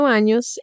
años